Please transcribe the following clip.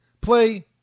play